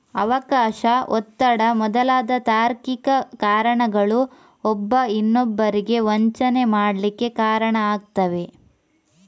ಅವಕಾಶ, ಒತ್ತಡ ಮೊದಲಾದ ತಾರ್ಕಿಕ ಕಾರಣಗಳು ಒಬ್ಬ ಇನ್ನೊಬ್ಬರಿಗೆ ವಂಚನೆ ಮಾಡ್ಲಿಕ್ಕೆ ಕಾರಣ ಆಗ್ತವೆ